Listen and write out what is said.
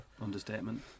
understatement